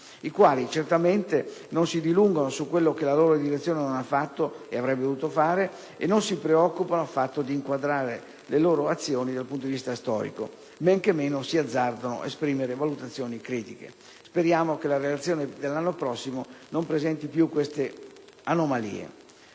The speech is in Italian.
i quali certamente non si dilungano su quello che la loro direzione non ha fatto (e avrebbe dovuto fare) e non si preoccupano affatto di inquadrare le loro azioni dal punto di vista storico; men che meno si azzardano ad esprimere valutazioni critiche. Speriamo che la Relazione dell'anno prossimo non presenti più tali anomalie.